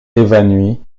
évanoui